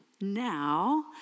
now